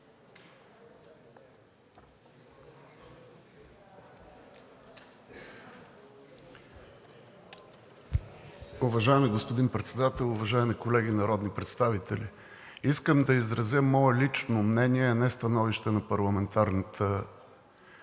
Уважаеми господин Председател, уважаеми колеги народни представители! Искам да изразя мое лично мнение, а не становище на парламентарната група.